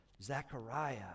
Zechariah